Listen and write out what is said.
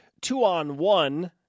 two-on-one